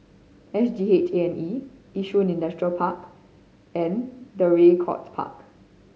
S G H A and E Yishun Industrial Park and Draycott Park